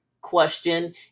question